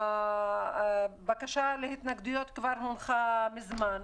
הבקשה להתנגדויות כבר הונחה מזמן,